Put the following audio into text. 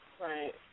Right